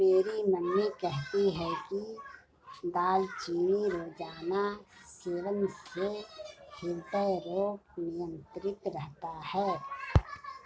मेरी मम्मी कहती है कि दालचीनी रोजाना सेवन से हृदय रोग नियंत्रित रहता है